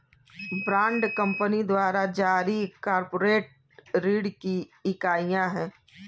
bond company द्वारा जारी corporate ऋण की इकाइयां हैं